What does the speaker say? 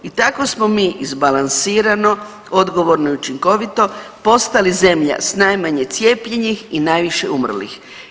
I tako smo mi izbalansirano, odgovorno i učinkovito postali zemlja s najmanje cijepljenih i najviše umrlih.